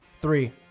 Three